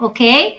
Okay